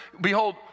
behold